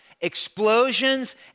explosions